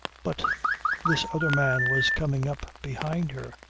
but this other man was coming up behind her.